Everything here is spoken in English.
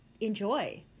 enjoy